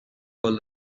all